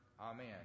Amen